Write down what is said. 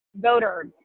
voters